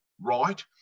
right